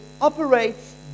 operates